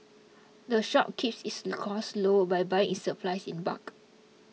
the shop keeps its costs low by buying its supplies in bulk